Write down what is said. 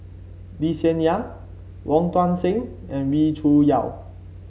Lee Hsien Yang Wong Tuang Seng and Wee Cho Yaw